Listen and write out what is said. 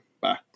Bye